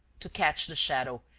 to catch the shadow.